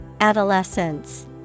Adolescence